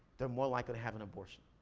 they're more likely to have an abortion,